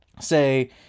Say